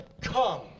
come